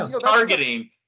targeting